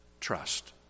trust